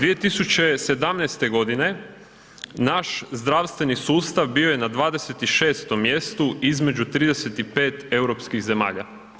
2017.g. naš zdravstveni sustav bio je na 26. mjestu između 35 europskih zemalja.